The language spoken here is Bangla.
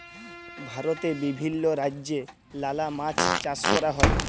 ভারতে বিভিল্য রাজ্যে লালা মাছ চাষ ক্যরা হ্যয়